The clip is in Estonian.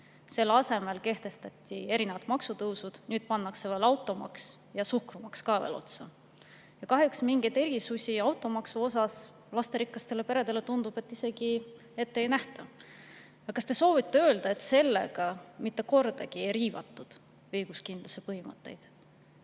Selle asemel kehtestati erinevad maksutõusud, nüüd pannakse veel automaks ja suhkrumaks ka otsa. Kahjuks mingeid erisusi automaksu puhul lasterikastele peredele, tundub, ette ei nähta. Kas te soovite öelda, et mitte kordagi ei riivatud sellega õiguskindluse põhimõtet?